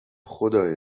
خدای